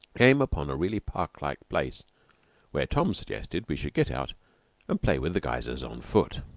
came upon a really park-like place where tom suggested we should get out and play with the geysers on foot.